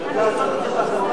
יש תרגום.